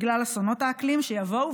בגלל אסונות האקלים שיבואו,